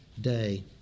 day